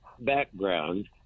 background